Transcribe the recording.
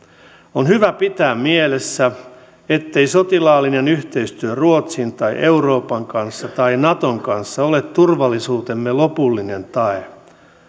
on hyvä pitää mielessä ettei sotilaallinen yhteistyö ruotsin tai euroopan kanssa tai naton kanssa ole turvallisuutemme lopullinen tae